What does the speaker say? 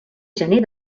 gener